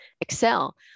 Excel